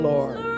Lord